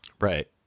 right